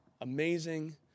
amazing